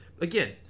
again